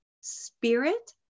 spirit